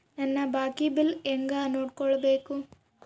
ನನ್ನ ಬಾಕಿ ಬಿಲ್ ಹೆಂಗ ನೋಡ್ಬೇಕು?